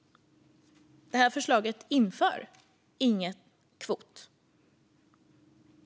Det här förslaget inför ingen kvot.